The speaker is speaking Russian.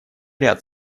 ряд